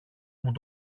μου